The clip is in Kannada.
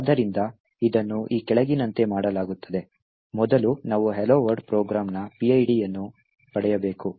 ಆದ್ದರಿಂದ ಇದನ್ನು ಈ ಕೆಳಗಿನಂತೆ ಮಾಡಲಾಗುತ್ತದೆ ಮೊದಲು ನಾವು hello world ಪ್ರೋಗ್ರಾಂನ PID ಅನ್ನು ಪಡೆಯಬೇಕು